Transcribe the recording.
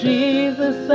Jesus